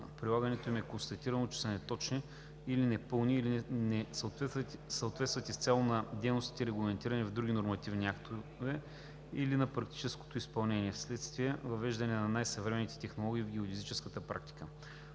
прилагането им е констатирано, че са неточни или непълни, или не съответстват изцяло на дейностите, регламентирани в други нормативни актове, или на практическото изпълнение, вследствие въвеждането на най-съвременните технологии в геодезическата практика.